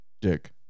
Dick